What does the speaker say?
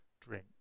drink